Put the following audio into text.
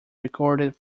recorded